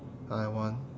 I want